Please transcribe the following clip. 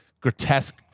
grotesque